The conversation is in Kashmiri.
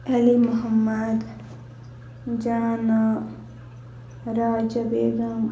علو محمد جانہ راجا بیگَم